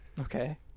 okay